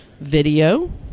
video